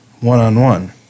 one-on-one